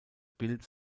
bild